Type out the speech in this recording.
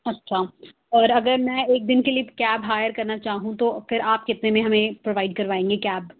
اچھا اور اگر میں ایک دِن کے لیے کیب ہائر کرنا چاہوں تو پھر آپ کتنے میں ہمیں پرووائڈ کروائیں گے کیب